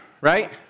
right